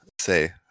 say